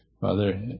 Father